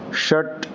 षट्